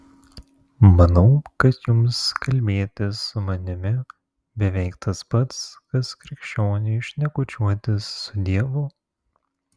manau kad jums kalbėtis su manimi beveik tas pats kas krikščioniui šnekučiuotis su dievu